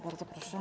Bardzo proszę.